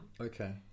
Okay